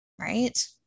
Right